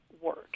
work